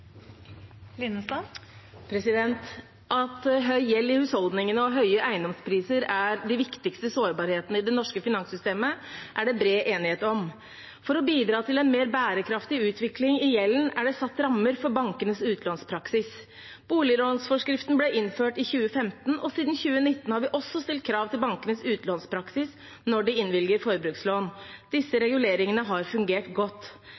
viktigste sårbarhetene i det norske finanssystemet, er det bred enighet om. For å bidra til en mer bærekraftig utvikling i gjelden er det satt rammer for bankenes utlånspraksis. Boliglånsforskriften ble innført i 2015, og siden 2019 har vi også stilt krav til bankenes utlånspraksis når de innvilger forbrukslån. Disse reguleringene har fungert godt.